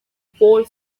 paul